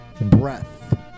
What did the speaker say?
Breath